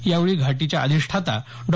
यावेळी घाटीच्या अधिष्ठाता डॉ